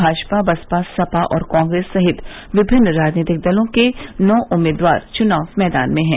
भाजपा बसपा सपा और कांग्रेस सहित विभिन्न राजनीतिक दलों के नौं उम्मीदवार चुनाव मैदान में हैं